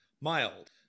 mild